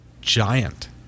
giant